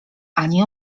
ani